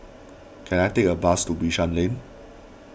can I take a bus to Bishan Lane